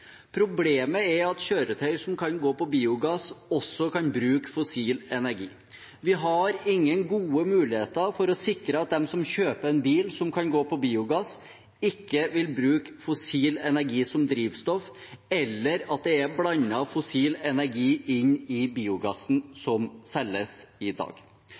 Problemet er at kjøretøy som kan gå på biogass, også kan bruke fossil energi. Vi har ingen gode muligheter for å sikre at de som kjøper en bil som kan gå på biogass, ikke vil bruke fossil energi som drivstoff, eller at det ikke er blandet fossilt drivstoff i biogassen som selges i dag.